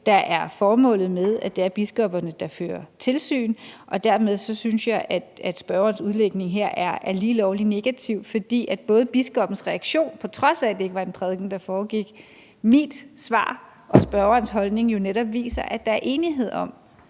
der er formålet med, at det er biskopperne, der fører tilsyn. Dermed synes jeg, at spørgerens udlægning her er lige lovlig negativ, for både biskoppens reaktion – på trods af at det ikke var en prædiken, der blev holdt – mit svar og spørgerens holdning viser jo netop, at der er enighed om,